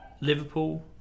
Liverpool